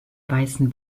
weißen